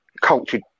cultured